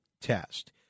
test